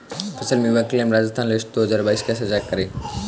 फसल बीमा claim Rajasthan list दो हज़ार बाईस कैसे चेक करें?